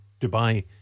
Dubai